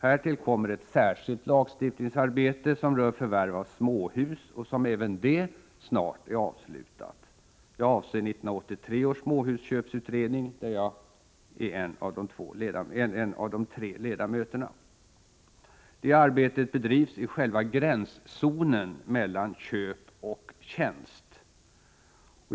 Härtill kommer ett särskilt lagstiftningsarbete som rör förvärv av småhus och som även det snart är avslutat; jag avser 1983 års småhusköpsutredning, där jag är en av de tre ledamöterna. Det arbetet bedrivs i själva gränszonen mellan köp och tjänst.